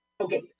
Okay